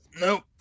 nope